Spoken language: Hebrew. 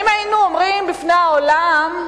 האם היינו אומרים בפני העולם,